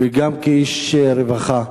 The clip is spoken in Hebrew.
וגם כאיש רווחה.